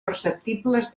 perceptibles